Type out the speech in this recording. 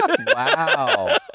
Wow